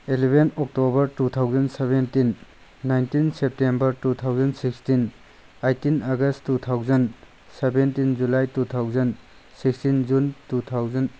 elven October two thousand seventeen nineteen September two thousand sixteen eighteen August two thousand seventeen July two thousand sixteen June two thousand